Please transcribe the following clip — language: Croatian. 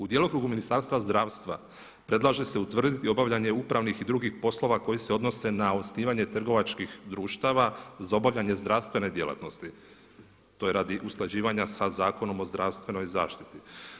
U djelokrugu Ministarstva zdravstva predlaže se utvrditi obavljanje upravnih i drugih poslova koji se odnose na osnivanje trgovačkih društava za obavljanje zdravstvene djelatnosti, to je radi usklađivanja sa Zakonom o zdravstvenoj zaštiti.